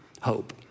hope